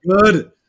good